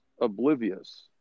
oblivious